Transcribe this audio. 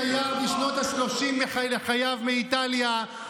תייר בשנות השלושים לחייו מאיטליה,